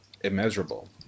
immeasurable